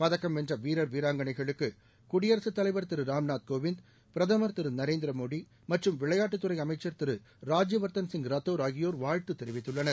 பதக்கம் வென்ற வீரர் வீராங்கனைகளுக்கு குடியரசுத்தலைவர் திரு ராம்நாத் கோவிந்த் பிரதமர் திரு நரேந்திர மோடி மற்றும் விளையாட்டுத்துறை அமைச்சர் திரு ராஜ்யவா்தன்சிங் ரத்தோா் ஆகியோர் வாழ்த்துத் தெரிவித்துள்ளனர்